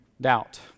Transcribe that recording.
doubt